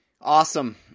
awesome